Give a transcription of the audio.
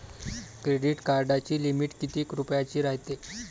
Credit कार्डाची limit कितीक रुपयाची रायते?